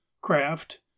Craft